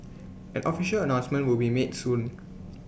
an official announcement would be made soon